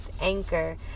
anchor